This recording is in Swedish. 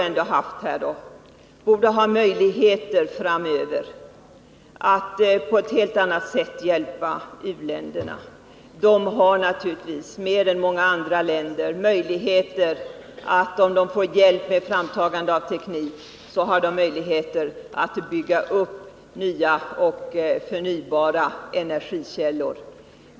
Men vi borde ha möjligheter att hjälpa u-länderna på ett helt annat sätt. De har naturligtvis, om de får hjälp med framtagande av teknik, bättre möjligheter än många andra länder att bygga upp nya och förnybara energikällor.